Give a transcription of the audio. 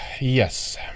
yes